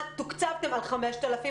תוקצבתם על 5,000,